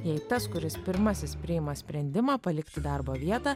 jei tas kuris pirmasis priima sprendimą palikti darbo vietą